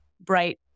bright